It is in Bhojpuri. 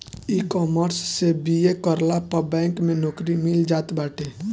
इकॉमर्स से बी.ए करला पअ बैंक में नोकरी मिल जात बाटे